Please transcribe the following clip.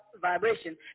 vibration